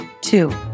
Two